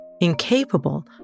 incapable